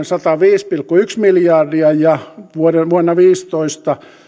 sataviisi pilkku yksi miljardia vuonna kaksituhattakymmenen ja